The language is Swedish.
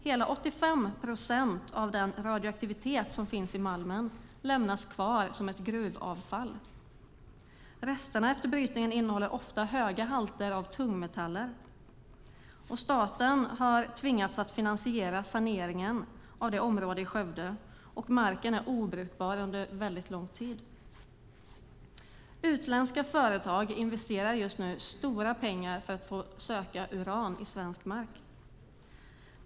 Hela 85 procent av den radioaktivitet som finns i malmen lämnas kvar som gruvavfall. Resterna efter brytningen innehåller ofta höga halter av tungmetaller. Staten har tvingats finansiera saneringen av detta område i Skövde, och marken är obrukbar under mycket lång tid. Utländska företag investerar just nu stora pengar för att få söka efter uran i svensk mark.